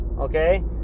okay